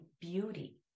beauty